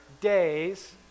days